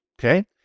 okay